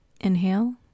Inhale